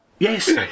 Yes